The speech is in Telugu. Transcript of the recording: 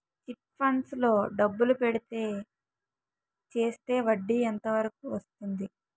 చిట్ ఫండ్స్ లో డబ్బులు పెడితే చేస్తే వడ్డీ ఎంత వరకు వస్తుంది?